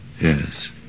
yes